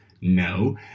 No